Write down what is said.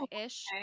ish